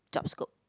job scope